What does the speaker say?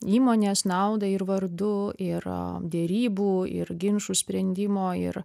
įmonės naudai ir vardu ir derybų ir ginčų sprendimo ir